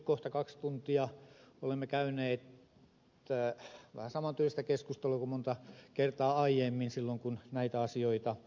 kohta kaksi tuntia olemme käyneet vähän saman tyylistä keskustelua kuin monta kertaa aiemmin kun näitä asioita on käsitelty